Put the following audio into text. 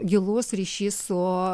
gilus ryšys su